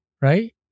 right